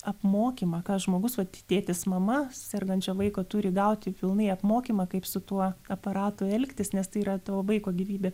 apmokymą ką žmogus vat tėtis mama sergančio vaiko turi gauti pilnai apmokymą kaip su tuo aparatu elgtis nes tai yra tavo vaiko gyvybė